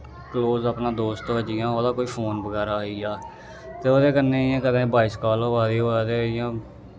close अपना दोस्त होऐ जियां ओह्दा कोई फोन बगैरा आई जा ते ओह्दे कन्नै इ'यां कदें वायस काल होआ दी होऐ तां इयां